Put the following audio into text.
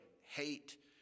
hate